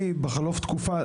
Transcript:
האם בחלוף תקופה,